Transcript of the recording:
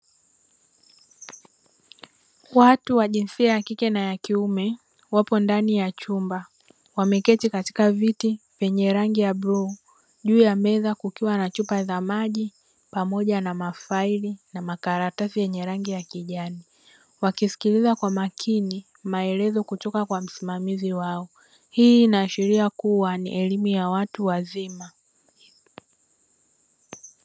Watu wa jinsia ya kike na ya kiume wapo ndani ya chumba, wameketi katika viti vyenye rangi ya bluu. Juu ya meza kukiwa na chupa za maji, pamoja na mafaili na makaratasi yenye rangi ya kijani; wakisikiliza kwa makini maelezo kutoka kwa msimamizi wao. Hii inaashiria kuwa ni elimu ya watu wazima.